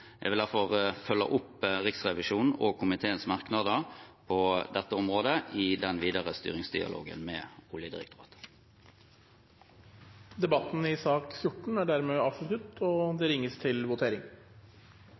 Jeg vil derfor følge opp Riksrevisjonens rapport og komiteens merknader på dette området i den videre styringsdialogen med Oljedirektoratet. Flere har ikke bedt om ordet til sak nr. 14. Da er